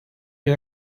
you